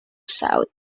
south